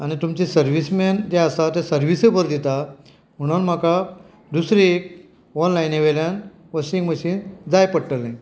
आनी तुमचे service man जे आसात ते सर्वीसूय बरी दितात म्हणून म्हाका दुसरी ऑनलायनी वेल्यान वॉशींग मशीन जाय पडटलें